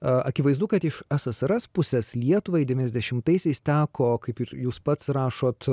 akivaizdu kad iš ssrs pusės lietuvai devyniasdešimtaisiais teko kaip ir jūs pats rašot